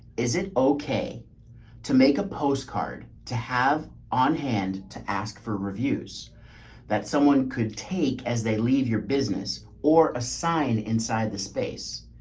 is it okay to make a postcard to have on hand to ask for reviews that someone could take as they leave your business or a sign inside the space?